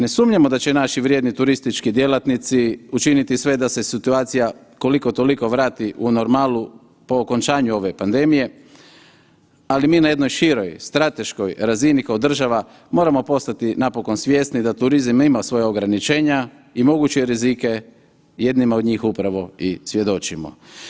Ne sumnjamo da će naši vrijedni turistički djelatnici učiniti sve da se situacija koliko-toliko vrati u normalu po okončanju ove pandemije, ali mi na jednoj široj, strateškoj razini kao država moramo postati napokon svjesni da turizam ima svoja ograničenja i moguće rizike, jednima od njih upravo i svjedočimo.